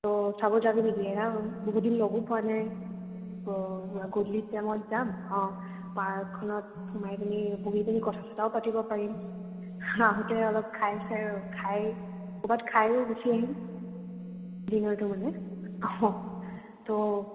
ত' চাব যাবি নেকি এনে আৰু বহুত দিন লগো পোৱা নাই ত' গধূলি টাইমত যাম অ' পাৰ্কখনত সোমাই পেনি বহি পেনি কথা চথাও পাতিব পাৰিম আহোঁতে অলপ খাই চাই খাই ক'ৰবাত খায়ো গুচি আহিম ডিনাৰটো মানে অহ ত'